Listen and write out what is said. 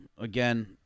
again